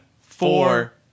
four